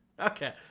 Okay